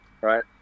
right